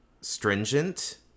stringent